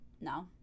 no